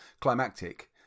climactic